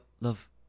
love